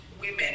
women